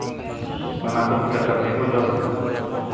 ᱚᱱᱟᱠᱚ ᱠᱷᱮᱞᱳᱸᱰ ᱠᱟᱛᱮᱫ ᱜᱮᱠᱚ ᱡᱚᱢᱫᱟ